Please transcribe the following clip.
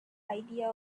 idea